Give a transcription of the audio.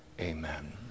Amen